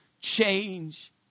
change